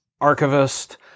archivist